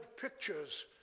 pictures